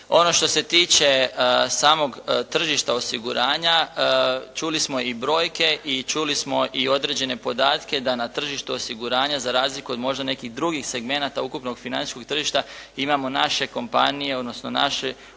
Ono što se tiče samog tržišta osiguranja čuli smo i brojke i čuli smo i određene podatke da na tržištu osiguranja za razliku od možda nekih drugih segmenata ukupnog financijskog tržišta imamo naše kompanije, odnosno naš udio